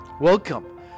welcome